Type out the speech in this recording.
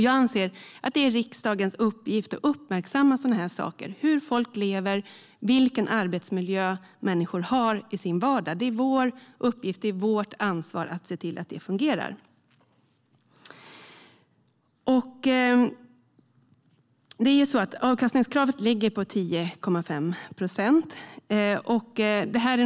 Jag anser att det är riksdagens uppgift att uppmärksamma sådana saker som hur människor lever och vilken arbetsmiljö de har i sin vardag. Det är vår uppgift och vårt ansvar att se till att det fungerar. Avkastningskravet ligger på 10,5 procent.